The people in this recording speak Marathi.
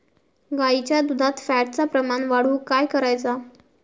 गाईच्या दुधात फॅटचा प्रमाण वाढवुक काय करायचा?